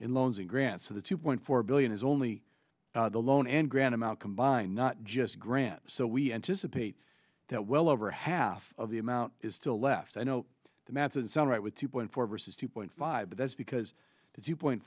in loans and grants for the two point four billion is only the loan and grand amount combined not just grants so we anticipate that well over half of the amount is still left i know the math and sound right with two point four versus two point five but that's because the two point